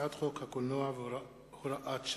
הצעת חוק הקולנוע (הוראת שעה)